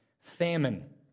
famine